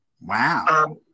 Wow